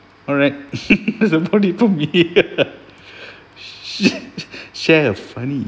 alright there's a share a funny